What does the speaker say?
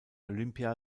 olympia